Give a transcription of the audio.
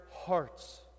hearts